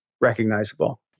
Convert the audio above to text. recognizable